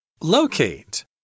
Locate